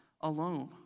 alone